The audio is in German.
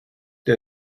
der